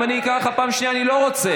אם אני אקרא אותך פעם שנייה, אני לא רוצה.